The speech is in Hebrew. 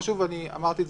אמרתי קודם,